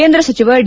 ಕೇಂದ್ರ ಸಚಿವ ಡಿ